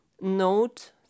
note